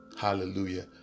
Hallelujah